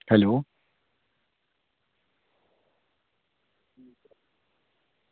hello